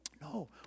No